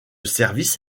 service